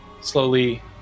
slowly